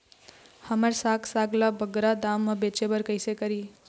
हमर साग साग ला बगरा दाम मा बेचे बर कइसे करी?